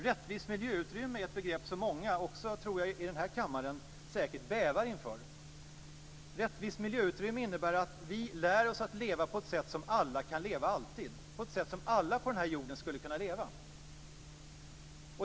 Rättvist miljöutrymme är ett begrepp som många, också i den här kammaren tror jag, säkert bävar inför. Rättvist miljöutrymme innebär att vi lär oss att leva på ett sätt som alla på den här jorden skulle kunna leva på, alltid.